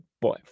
boy